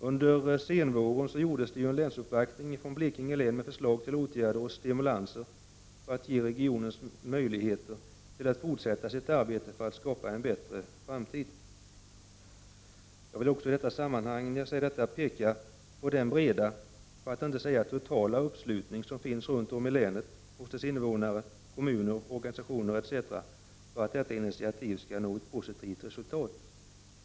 Under senvåren gjordes det en länsuppvaktning från Blekinge län med förslag till åtgärder och stimulanser för att ge regionen möjligheter att fortsätta sitt arbete för att skapa en bättre framtid. Det är viktigt att i detta sam manhang peka på den breda, för att inte säga totala, uppslutning som finns i länet, hos dess invånare, kommuner, organisationer etc. för att detta initiativ skall nå ett positivt resultat.